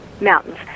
mountains